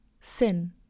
SIN